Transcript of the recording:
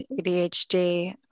ADHD